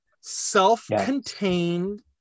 self-contained